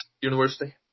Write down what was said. university